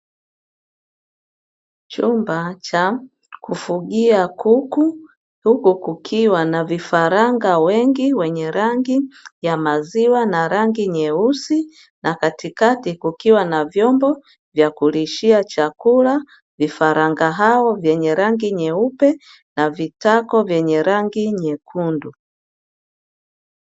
Chumba cha kufugia kuku huku kukiwa na vifaranga wengi wenye rangi ya maziwa na rangi nyeusi na katikati kukiwa na vyombo vya kulishia chakula, vifaranga hao venye rangi nyeupe na vitako vyenye rangi nyekundu.